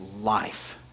life